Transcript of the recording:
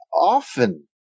often